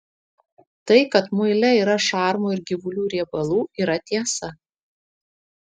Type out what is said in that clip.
tai kad muile yra šarmų ir gyvulių riebalų yra tiesa